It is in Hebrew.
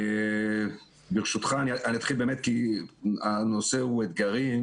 הנושא הוא אתגרים